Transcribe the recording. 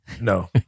no